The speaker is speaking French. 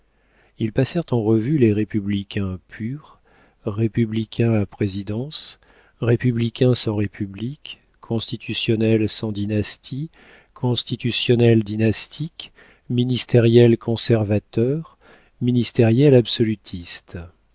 ils passèrent en revue les républicains purs républicains à présidence républicains sans république constitutionnels sans dynastie constitutionnels dynastiques ministériels conservateurs ministériels absolutistes